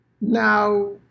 Now